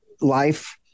life